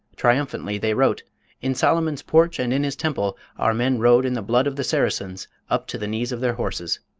triumphantly they wrote in solomon's porch and in his temple our men rode in the blood of the saracens up to the knees of their horses.